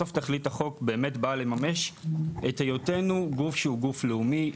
בסוף תכלית החוק באמת באה לממש את היותנו גוף שהוא גוף לאומי,